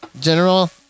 general